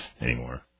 anymore